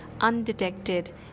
undetected